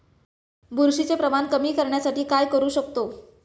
बुरशीचे प्रमाण कमी करण्यासाठी काय करू शकतो?